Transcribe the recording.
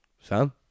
Sam